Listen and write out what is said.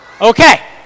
Okay